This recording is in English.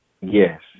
Yes